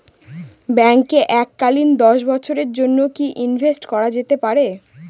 ব্যাঙ্কে এককালীন দশ বছরের জন্য কি ইনভেস্ট করা যেতে পারে?